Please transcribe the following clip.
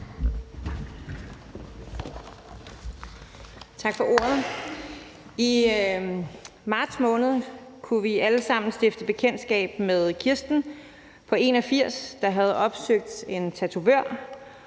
Tak for ordet. I marts måned kunne vi alle sammen stifte bekendtskab med Kirsten på 81 år, der havde opsøgt en tatovør